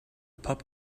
pup